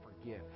forgive